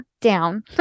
down